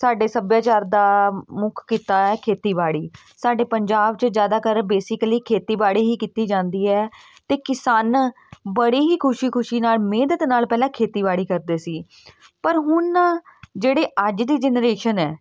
ਸਾਡੇ ਸੱਭਿਆਚਾਰ ਦਾ ਮੁੱਖ ਕਿੱਤਾ ਹੈ ਖੇਤੀਬਾੜੀ ਸਾਡੇ ਪੰਜਾਬ 'ਚ ਜ਼ਿਆਦਾਤਰ ਬੇਸਿਕਲੀ ਖੇਤੀਬਾੜੀ ਹੀ ਕੀਤੀ ਜਾਂਦੀ ਹੈ ਅਤੇ ਕਿਸਾਨ ਬੜੀ ਹੀ ਖੁਸ਼ੀ ਖੁਸ਼ੀ ਨਾਲ ਮਿਹਨਤ ਨਾਲ ਪਹਿਲਾਂ ਖੇਤੀਬਾੜੀ ਕਰਦੇ ਸੀ ਪਰ ਹੁਣ ਜਿਹੜੇ ਅੱਜ ਦੀ ਜਨਰੇਸ਼ਨ ਹੈ